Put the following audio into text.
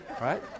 right